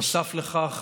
נוסף על כך